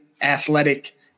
athletic